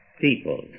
people